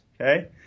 okay